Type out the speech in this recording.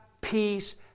peace